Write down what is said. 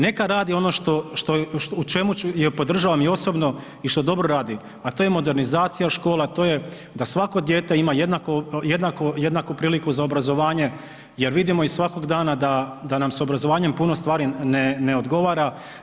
Neka radi ono u čemu ju podržavam i osobno i što dobro radi, a to je modernizacija škola, to je da svako dijete ima jednaku priliku za obrazovanje jer vidimo i svakoga dana da nam sa obrazovanjem puno stvari ne odgovara.